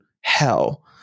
hell